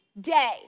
day